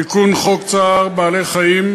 תיקון חוק צער בעלי-חיים,